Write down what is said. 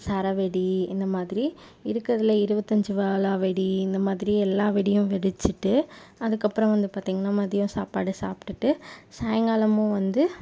சரவெடி இந்த மாதிரி இருக்கறதில் இருபத்தஞ்சி வாலா வெடி இந்த மாதிரி எல்லாம் வெடியும் வெடிச்சுட்டு அதுக்கப்பறம் வந்து பார்த்திங்கனா மதியம் சாப்பாடு சாப்பிட்டுட்டு சாய்ங்காலமும் வந்து